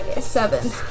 Seven